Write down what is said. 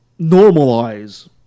normalize